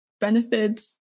benefits